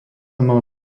mal